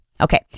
Okay